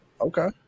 Okay